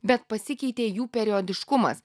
bet pasikeitė jų periodiškumas